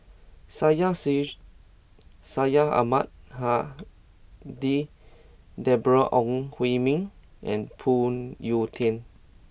Syed Sheikh Syed Ahmad Al Hadi Deborah Ong Hui Min and Phoon Yew Tien